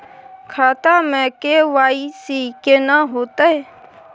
खाता में के.वाई.सी केना होतै?